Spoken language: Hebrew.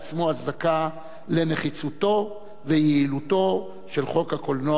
הצדקה לנחיצותו ויעילותו של חוק הקולנוע.